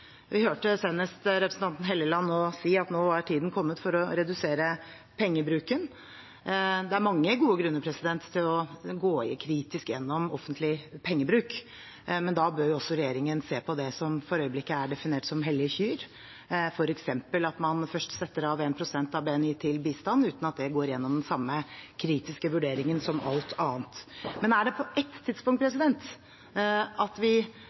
Vi hørte senest representanten Helleland si at nå er tiden kommet for å redusere pengebruken. Det er mange gode grunner til å gå kritisk gjennom offentlig pengebruk, men da bør regjeringen også se på det som for øyeblikket er definert som hellige kyr, f.eks. at man først setter av 1 pst. av BNI til bistand, uten at det går gjennom den samme kritiske vurderingen som alt annet. Er det på ett tidspunkt at vi skal være glad for at vi